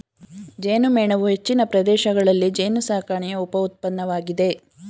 ಜೇನುಮೇಣವು ಹೆಚ್ಚಿನ ಪ್ರದೇಶಗಳಲ್ಲಿ ಜೇನುಸಾಕಣೆಯ ಉಪ ಉತ್ಪನ್ನವಾಗಿದೆ